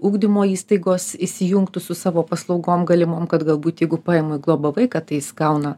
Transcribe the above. ugdymo įstaigos įsijungtų su savo paslaugom galimom kad galbūt jeigu paima į globą vaiką tai jis gauna